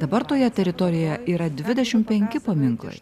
dabar toje teritorijoje yra dvidešimt penki paminklai